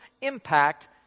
impact